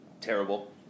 Terrible